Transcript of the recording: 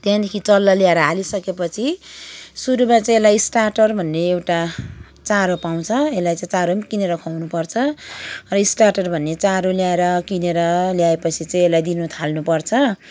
त्यहाँदेखि चल्ला ल्याएर हालिसकेपछि सुरुमा चाहिँ स्टार्टर भन्ने एउटा चारो पाउँछ यसलाई चाहिँ चारो पनि किनेर खुवाउनु पर्छ र स्टार्टर भन्ने चारो ल्याएर किनेर ल्याएपछि चाहिँ यसलाई दिन थाल्नुपर्छ